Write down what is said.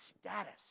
status